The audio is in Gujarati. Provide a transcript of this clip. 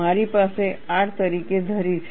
મારી પાસે આર તરીકે ધરી છે